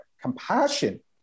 compassion